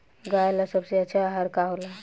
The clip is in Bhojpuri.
गाय ला सबसे अच्छा आहार का होला?